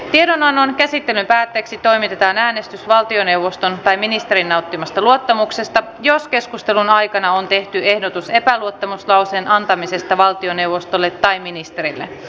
tiedonannon käsittelyn päätteeksi toimitetaan äänestys valtioneuvoston tai ministerin nauttimasta luottamuksesta jos keskustelun aikana on tehty ehdotus epäluottamuslauseen antamisesta valtioneuvostolle tai ministerille